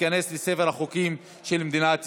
ותיכנס לספר החוקים של מדינת ישראל.